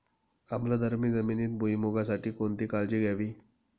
आम्लधर्मी जमिनीत भुईमूगासाठी कोणती काळजी घ्यावी?